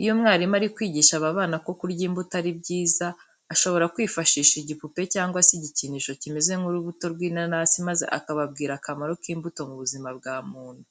Iyo umwarimu ari kwigisha aba bana ko kurya imbuto ari byiza, ashobora kwifashisha igipupe cyangwa se igikinisho kimeze nk'urubuto rw'inanasi maze akababwira akamaro k'imbuto mu buzima bwa muntu.